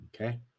Okay